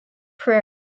prayer